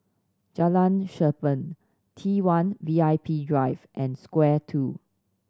Jalan Cherpen T one VIP Drive and Square Two